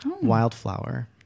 Wildflower